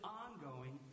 ongoing